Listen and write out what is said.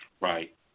Right